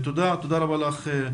תודה רבה לך,